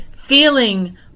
feeling